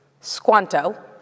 Squanto